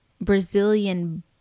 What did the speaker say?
brazilian